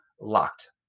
Locked